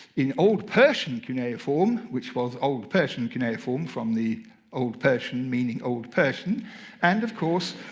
in old persian cuneiform which was old persian cuneiform from the old persian meaning old persian and, of course,